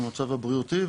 המצב הבריאותי.